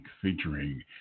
Featuring